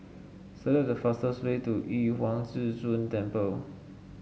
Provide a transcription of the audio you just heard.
select the fastest way to Yu Huang Zhi Zun Temple